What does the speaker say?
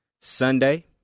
Sunday